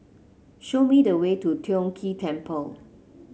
show me the way to Tiong Ghee Temple